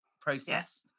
process